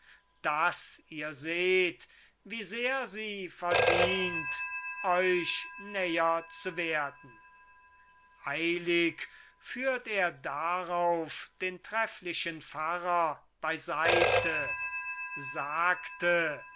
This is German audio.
daß ihr seht wie sehr sie verdient euch näher zu werden eilig führt er darauf den trefflichen pfarrer beiseite sagte